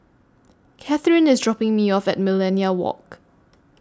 Katheryn IS dropping Me off At Millenia Walk